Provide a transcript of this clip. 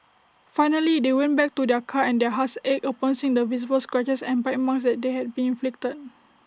finally they went back to their car and their hearts ached upon seeing the visible scratches and bite marks that had been inflicted